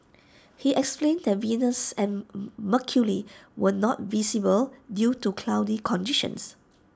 he explained that Venus and mercury were not visible due to cloudy conditions